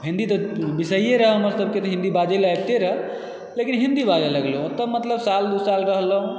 हिन्दी तऽ विषये रहा हमरसबकेँ तऽ हिन्दी बाजैला अबिते रहा लेकिन हिन्दी बाजए लगलहुँ ओतऽ मतलब साल दू साल रहलहुँ